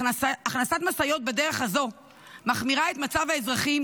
הכנסת משאיות בדרך הזאת מחמירה את מצב האזרחים